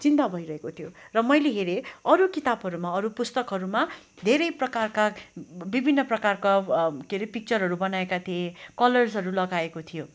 चिन्ता भइरहेको थियो र मैले हेरेँ अरू किताबहरूमा अरू पुस्तकहरूमा धेरै प्रकारका विभिन्न प्रकारका के हरे पिक्चरहरू बनाएका थिए कलर्सहरू लगाएको थियो